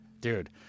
dude